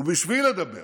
ובשביל לדבר